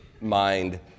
mind